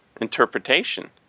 interpretation